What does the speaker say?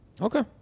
Okay